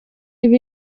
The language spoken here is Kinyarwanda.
iba